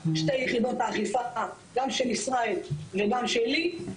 שתי יחידות האכיפה: גם של ישראל וגם שלי.